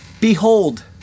Behold